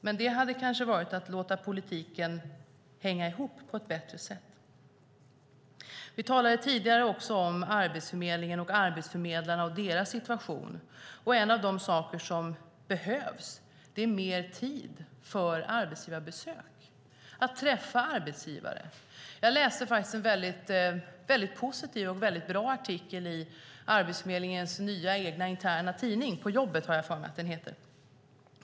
Men det hade kanske varit att låta politiken hänga ihop på ett bättre sätt. Vi talade tidigare om Arbetsförmedlingen och arbetsförmedlarna och deras situation. En av de saker som behövs är mer tid för arbetsgivarbesök och att träffa arbetsgivare. Jag läste en väldigt positiv och bra artikel i Arbetsförmedlingens nya interna tidning. På Jobbet, har jag för mig att den heter.